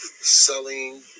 selling